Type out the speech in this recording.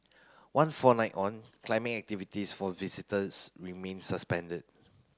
one fortnight on climbing activities for visitors remain suspended